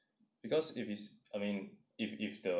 because if it's I mean if if the